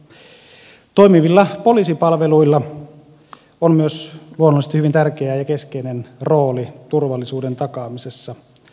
myös toimivilla poliisipalveluilla on luonnollisesti hyvin tärkeä ja keskeinen rooli turvallisuuden takaamisessa